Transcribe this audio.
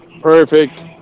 Perfect